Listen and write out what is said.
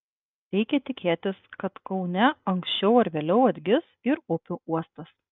reikia tikėtis kad kaune anksčiau ar vėliau atgis ir upių uostas